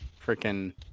freaking